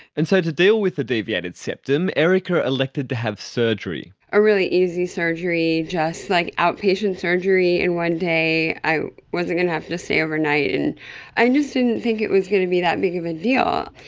and so to deal with the deviated septum, erika elected to have surgery. a really easy surgery, just like outpatient surgery in one day, i wasn't going to have to stay overnight. and i just didn't think it was going to be that big of a deal,